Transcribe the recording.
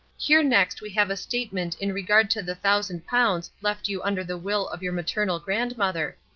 here next we have a statement in regard to the thousand pounds left you under the will of your maternal grandmother.